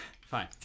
fine